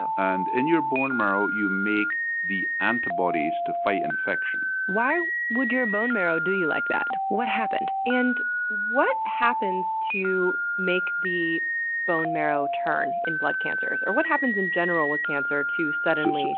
and in your bone marrow you make the antibodies to fight infection. why would your bone marrow do you like that? what happened? and what happens to make the bone marrow turn in blood cancers, or what happens in general with cancer to suddenly?